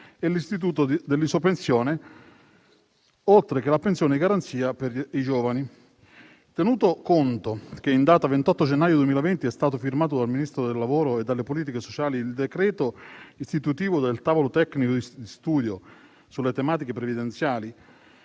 e l'istituto dell'isopensione, oltre che la pensione di garanzia per i giovani. Tenuto conto che in data 28 gennaio 2020 è stato firmato dal Ministro del lavoro e delle politiche sociali il decreto istitutivo del tavolo tecnico di studio sulle tematiche previdenziali,